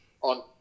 on